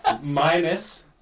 Minus